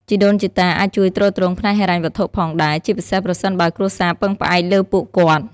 ជីដូនជីតាអាចជួយទ្រទ្រង់ផ្នែកហិរញ្ញវត្ថុផងដែរ ជាពិសេសប្រសិនបើគ្រួសារពឹងផ្អែកលើពួកគាត់។